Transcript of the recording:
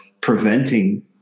preventing